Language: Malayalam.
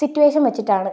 സിറ്റുവേഷൻ വെച്ചിട്ടാണ്